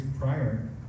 prior